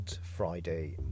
Friday